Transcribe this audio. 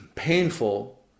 painful